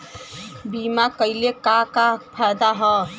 बीमा कइले का का फायदा ह?